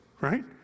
right